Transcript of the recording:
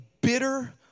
bitter